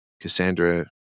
Cassandra